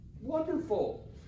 wonderful